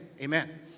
Amen